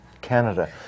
Canada